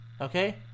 Okay